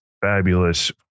fabulous